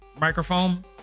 microphone